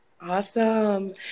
awesome